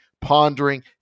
pondering